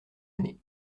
année